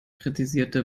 kritisierte